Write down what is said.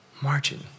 margin